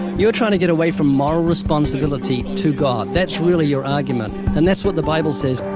you're trying to get away from moral responsibility to god. that's really your argument, and that's what the bible says.